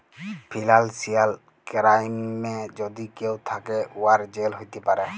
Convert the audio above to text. financial কেরাইমে যদি কেউ থ্যাকে, উয়ার জেল হ্যতে পারে